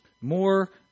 more